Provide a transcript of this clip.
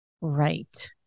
Right